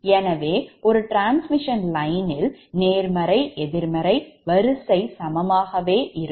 எனவே ஒரு transmission line னில் நேர்மறை எதிர்மறை வரிசைக் சமமாகவே இருக்கும்